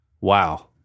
Wow